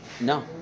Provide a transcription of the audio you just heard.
No